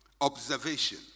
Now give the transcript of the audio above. observation